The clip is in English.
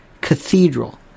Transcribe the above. Cathedral